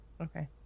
Okay